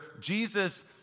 Jesus